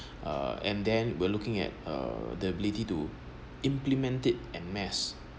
uh and then we're looking at uh the ability to implement it and mass